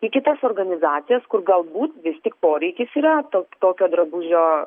į kitas organizacijas kur galbūt vis tik poreikis yra to tokio drabužio